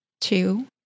two